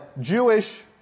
Jewish